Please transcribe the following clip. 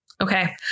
Okay